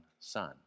son